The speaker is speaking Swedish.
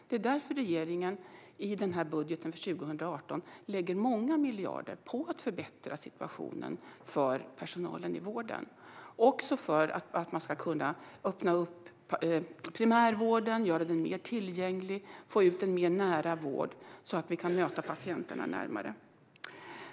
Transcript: Det är därför som regeringen i budgeten för 2018 lägger många miljarder på att förbättra situationen för personalen i vården och för att man ska kunna öppna upp primärvården, göra den mer tillgänglig och få ut en mer nära vård, så att man kan möta patienterna närmare.